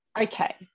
okay